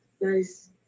nice